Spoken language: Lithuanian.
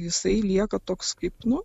jisai lieka toks kaip nu